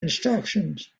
instructions